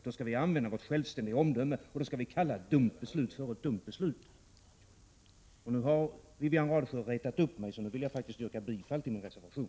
Då skall vi använda vårt självständiga omdöme, och då skall vi kalla ett dumt beslut för ett dumt beslut. Nu har Wivi-Anne Radesjö retat upp mig, så nu vill jag faktiskt yrka bifall till min reservation.